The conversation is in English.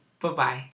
Bye-bye